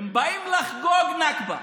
הם באים לחגוג נכבה.